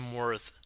worth